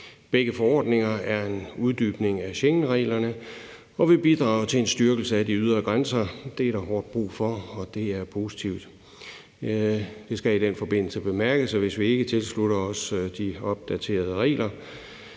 Begge forordninger er en uddybning af Schengenreglerne og vil bidrage til en styrkelse af de ydre grænser. Det er der hårdt brug for, og det er positivt. Det skal i den forbindelse bemærkes, at hvis vi ikke tilslutter os de opdaterede regler,